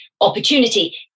opportunity